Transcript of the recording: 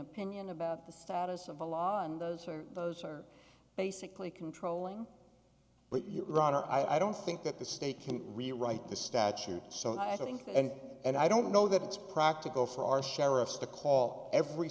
opinion about the status of the law and those are those are basically controlling but your honor i don't think that the state can rewrite this statute so i think and and i don't know that it's practical for our sheriffs to call every